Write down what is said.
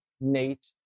Nate